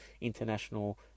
international